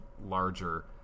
larger